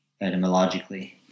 etymologically